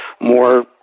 more